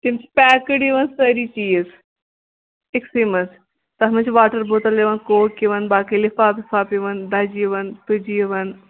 تِم چھِ پیکٕڈ یِوَان سٲری چیٖز أکسٕے منٛز تَتھ منٛز چھِ واٹَر بوتَل یِوَان کوک یِوَان باقٕے لِفاف وِفاف یِوَن دَجہِ یِوَان تُجہِ یِوَان